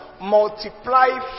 multiply